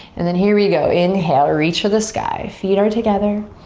and then here we go, inhale, reach for the sky, feet are together.